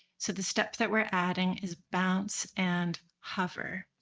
so the step that we're adding is bounce and hover.